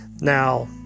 Now